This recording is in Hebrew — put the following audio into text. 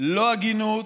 לא הגינות,